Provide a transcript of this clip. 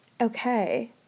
Okay